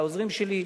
לעוזרים שלי.